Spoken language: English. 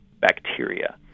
bacteria